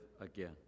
again